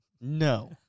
No